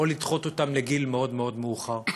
או לדחות אותם לגיל מאוד מאוד מאוחר.